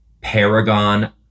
Paragon